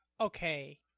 Okay